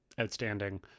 outstanding